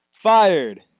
Fired